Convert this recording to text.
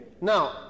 now